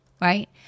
right